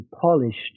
polished